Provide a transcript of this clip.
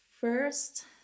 first